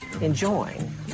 enjoying